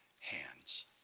hands